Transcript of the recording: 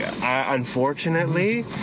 unfortunately